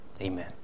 Amen